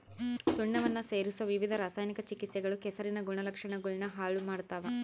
ಸುಣ್ಣವನ್ನ ಸೇರಿಸೊ ವಿವಿಧ ರಾಸಾಯನಿಕ ಚಿಕಿತ್ಸೆಗಳು ಕೆಸರಿನ ಗುಣಲಕ್ಷಣಗುಳ್ನ ಹಾಳು ಮಾಡ್ತವ